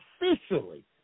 officially